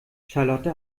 charlotte